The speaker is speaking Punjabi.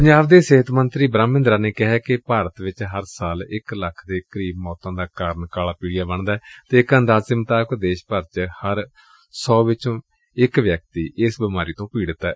ਪੰਜਾਬ ਦੇ ਸਿਹਤ ਮੰਤਰੀ ਬੂਹਮ ਮਹਿੰਦਰਾ ਨੇ ਕਿਹਾ ਕਿ ਭਾਰਤ ਵਿਚ ਹਰ ਸਾਲ ਇਕ ਲੱਖ ਦੇ ਕਰੀਬ ਮੌਤਾ ਦਾ ਕਾਰਨ ਕਾਲਾ ਪੀਲੀਆ ਬਣਦੈ ਅਤੇ ਇਕ ਅੰਦਾਜ਼ੇ ਮੁਤਾਬਿਕ ਦੇਸ਼ ਭਰ ਵਿਚ ਹਰ ਸੌ ਵਿਚੋਂ ਇਕ ਵਿਅਕਤੀ ਇਸ ਬੀਮਾਰੀ ਦਾ ਮਰੀਜ਼ ਏ